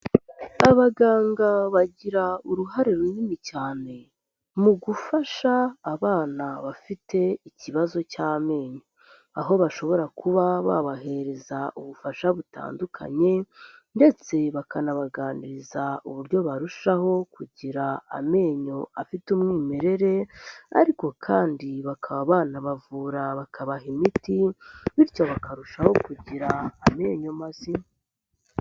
Abaganga bagira uruhare runini cyane mu gufasha abana bafite ikibazo cy'amenyo. Aho bashobora kuba babahereza ubufasha butandukanye, ndetse bakanabaganiriza uburyo barushaho kugira amenyo afite umwimerere, ariko kandi bakaba banabavura bakabaha imiti, bityo bakarushaho kugira amenyo mazima.